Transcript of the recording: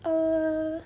err